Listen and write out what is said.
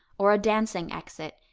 or a dancing exit,